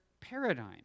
paradigm